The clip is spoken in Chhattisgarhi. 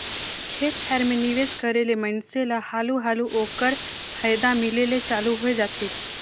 खेत खाएर में निवेस करे ले मइनसे ल हालु हालु ओकर फयदा मिले ले चालू होए जाथे